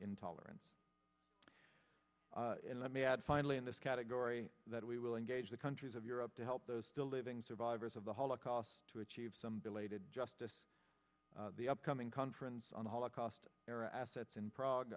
intolerance and let me add finally in this category that we will engage the countries of europe to help those still living survivors of the holocaust to achieve some belated justice the upcoming conference on the holocaust their assets in prague